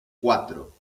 cuatro